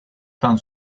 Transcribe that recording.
tan